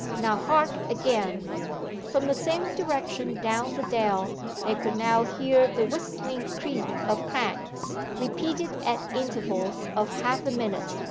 now hark again from the same direction down the dell they could now hear the whistling creak of cranks, repeated at intervals of half-a-minute,